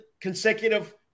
consecutive